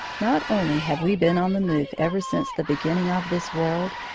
not only have we been on the move ever since the beginning of this world,